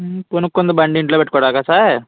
కొనుక్కుంది బండి ఇంట్లో పెట్టుకోడానికా సార్